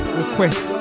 request